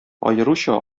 аеруча